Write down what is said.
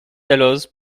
dalloz